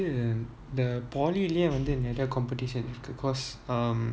ya இந்த:intha the poly வந்துநெறய:vanthu niraiya competition because um